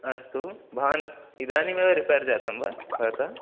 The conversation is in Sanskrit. अस्तु भवान् इदानीमेव रिपेर् जातं वा भवता